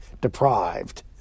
deprived